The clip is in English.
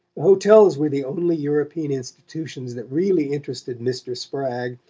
hotels were the only european institutions that really interested mr. spragg.